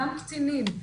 גם קטינים,